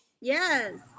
Yes